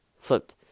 Flipped